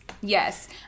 Yes